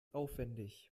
aufwendig